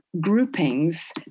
groupings